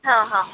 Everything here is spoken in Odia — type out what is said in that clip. ହଁ ହଁ